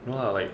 no lah like